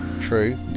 True